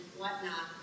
whatnot